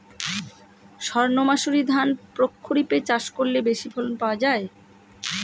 সর্ণমাসুরি ধান প্রক্ষরিপে চাষ করলে বেশি ফলন পাওয়া যায়?